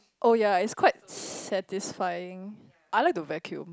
oh ya it's quite satisfying I like to vacuum